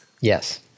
Yes